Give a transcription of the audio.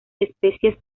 especies